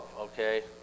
okay